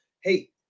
hey